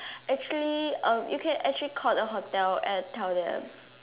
actually uh you can actually call the hotel and tell them